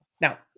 Now